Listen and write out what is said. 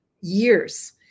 years